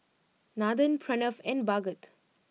Nathan Pranav and Bhagat